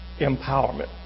empowerment